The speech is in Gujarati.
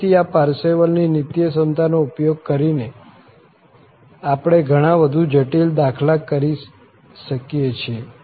ફરીથી આ પારસેવલની નીત્યસમતાનો ઉપયોગ કરીને આપણે ઘણા વધુ જટિલ દાખલા કરી શકીએ છીએ